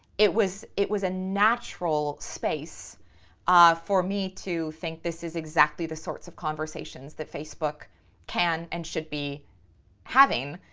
it was it was a natural space for me to think this is exactly the sorts of conversations that facebook can and should be having.